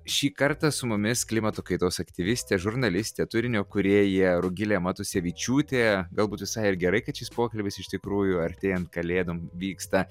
šį kartą su mumis klimato kaitos aktyvistė žurnalistė turinio kūrėja rugilė matusevičiūtė galbūt visai ir gerai kad šis pokalbis iš tikrųjų artėjant kalėdom vyksta